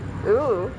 oo